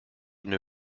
new